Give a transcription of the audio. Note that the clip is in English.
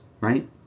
right